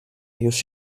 już